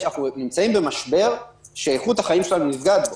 אנחנו נמצאים במשבר שאיכות החיים שלנו נפגעת בו.